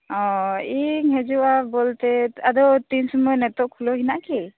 ᱚᱻ ᱤᱧ ᱦᱟᱡᱩᱜᱼᱟ ᱵᱚᱞᱛᱮ ᱟᱫᱚ ᱛᱤᱱ ᱥᱩᱢᱟᱹᱭ ᱱᱤᱛᱚᱜ ᱠᱷᱩᱞᱟᱹᱣ ᱦᱮᱱᱟᱜᱼᱟ ᱠᱤ